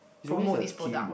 promote this product